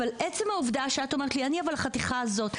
עצם העובדה שאת אומרת: אני החתיכה הזאת,